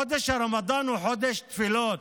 חודש הרמדאן הוא חודש תפילות,